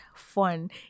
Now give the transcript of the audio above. Fun